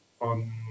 on